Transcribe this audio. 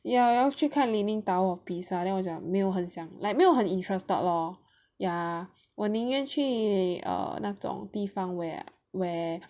ya ya 要去看 Leaning Tower of Pisa then 我讲没有很想 like 没有很 interested lor ya 我宁愿去 err 那种地方 where ah where